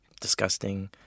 disgusting